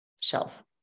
shelf